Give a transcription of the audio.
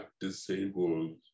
disabled